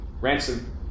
Ransom